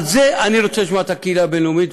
על זה אני רוצה לשמוע את הקהילה הבין-לאומית,